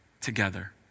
Together